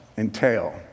Entail